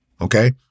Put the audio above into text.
okay